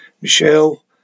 Michelle